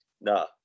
No